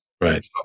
Right